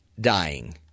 dying